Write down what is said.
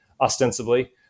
ostensibly